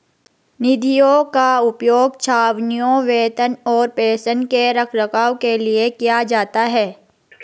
निधियों का उपयोग छावनियों, वेतन और पेंशन के रखरखाव के लिए किया जाता है